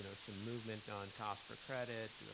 you know some movement on cost per credit,